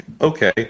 okay